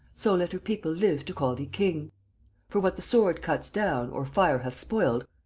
so let her people live to call thee king for what the sword cuts down or fire hath spoiled,